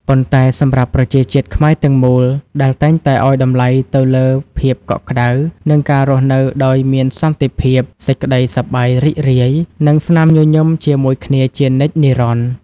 ប៉ុន្តែសម្រាប់ប្រជាជាតិខ្មែរទាំងមូលដែលតែងតែឱ្យតម្លៃទៅលើភាពកក់ក្តៅ និងការរស់នៅដោយមានសន្តិភាព សេចក្តីសប្បាយរីករាយ និងស្នាមញញឹមជាមួយគ្នាជានិច្ចនិរន្តរ៍។